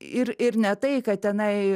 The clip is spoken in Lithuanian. ir ir ne tai kad tenai